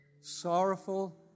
Sorrowful